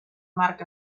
marc